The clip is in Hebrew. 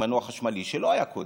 עם מנוע חשמלי שלא היה קודם,